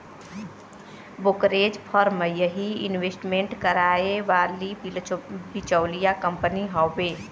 brokerage firm यही investment कराए वाली बिचौलिया कंपनी हउवे